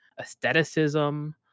aestheticism